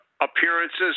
appearances